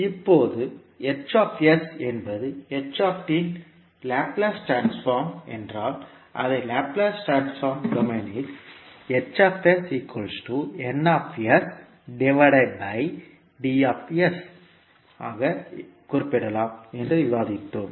இப்போது என்பது இன் லாப்லேஸ் டிரான்ஸ்ஃபார்ம் என்றால் அதை லாப்லேஸ் டிரான்ஸ்ஃபார்ம் டொமைனில் களாகக் குறிப்பிடலாம் என்று விவாதித்தோம்